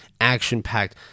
action-packed